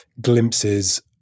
glimpses